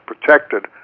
protected